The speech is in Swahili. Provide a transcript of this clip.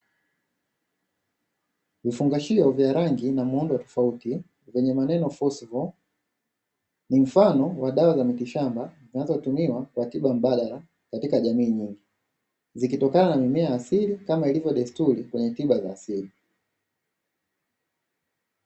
Vifungashio vya rangi na muundo tofauti vyenye maneno (FORCEVAL), ni mfano wa dawa za mitishamba zinazotumiwa kwa tiba mbadala katika jamii nyingi, zikitokana na mimea ya asili kama ilivyo desturi kwenye tiba ya asili.